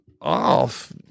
off